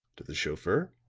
to the chauffeur,